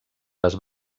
les